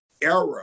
era